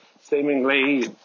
Seemingly